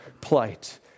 plight